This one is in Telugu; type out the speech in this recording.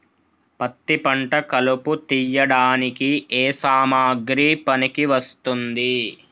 పత్తి పంట కలుపు తీయడానికి ఏ సామాగ్రి పనికి వస్తుంది?